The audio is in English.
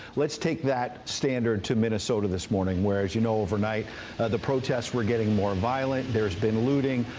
let's take that standard to minnesota this morning where as you know overnight the protests were getting more and violent and there has been looting.